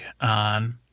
on